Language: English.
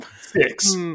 six